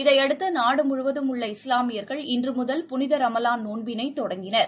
இதையடுத்து நாடு முழுவதும் உள்ள இஸ்லாமியர்கள் இன்று முதல் புனித ரமலான் நோன்பிளை தொடங்கினர்